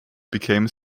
became